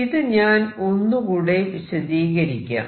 ഇത് ഞാൻ ഒന്നുകൂടെ വിശദീകരിക്കാം